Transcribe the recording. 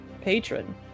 patron